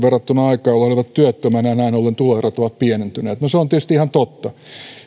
verrattuna aikaan jolloin he olivat työttömänä ja näin ollen tuloerot ovat pienentyneet se on tietysti ihan totta